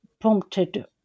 prompted